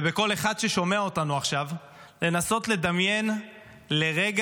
ומכל אחד ששומע אותנו עכשיו, לנסות לדמיין לרגע